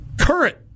Current